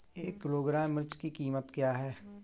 एक किलोग्राम मिर्च की कीमत क्या है?